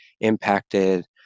impacted